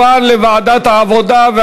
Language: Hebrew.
ביטול גמלאות לאדם שביצע עבירה על רקע